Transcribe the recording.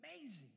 amazing